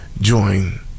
join